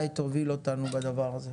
איתי, תוביל אותנו בדבר הזה.